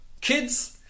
kids